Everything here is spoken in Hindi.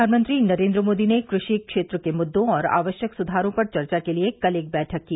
प्रधानमंत्री नरेंद्र मोदी ने क़षि क्षेत्र के मुद्दों और आवश्यक सुधारों पर चर्चा के लिए कल एक बैठक की